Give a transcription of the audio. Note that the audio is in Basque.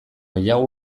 gehiago